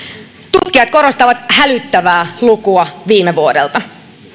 tutkijat korostavat hälyttävää lukua viime vuodelta